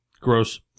Gross